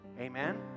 Amen